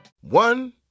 One